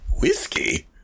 Whiskey